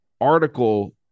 article